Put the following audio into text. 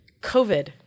COVID